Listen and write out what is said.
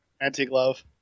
anti-glove